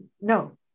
no